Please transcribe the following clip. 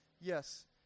yes